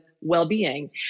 well-being